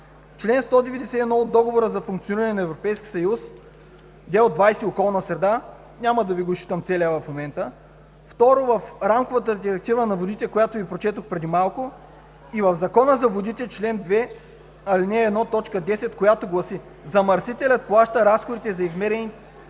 чл. 191 от Договора за функциониране на Европейския съюз; ДЕО 20 „Околна среда“ – няма да Ви го изчитам целия в момента. Второ, в Рамковата директива за водите, която Ви прочетох преди малко, и в Закона за водите – чл. 2, ал. 1, т. 10, която гласи: „замърсителят плаща разходите за мерките